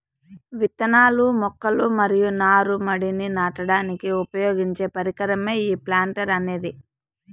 ఇత్తనాలు, మొక్కలు మరియు నారు మడిని నాటడానికి ఉపయోగించే పరికరమే ఈ ప్లాంటర్ అనేది